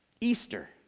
Easter